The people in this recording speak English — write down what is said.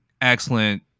excellent